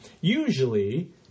usually